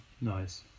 Nice